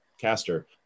caster